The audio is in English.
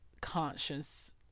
conscious